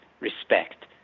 respect